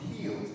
healed